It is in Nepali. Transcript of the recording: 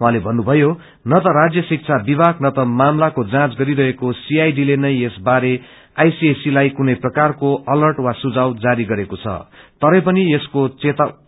उहाँले भन्नुभयो न त राज्य शिक्षा विभाग न त माम्लाको जाँच गरिरहेको सीआईडी ले नै यस बारे आईसीएसई लाई कुनै प्रकारको अर्लट वा सुझाव जारी गरेको छ तरै पनि यसको